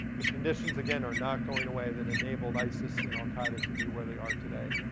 the conditions, again, are not going away, that enabled isis and al-qaeda to be where they are today.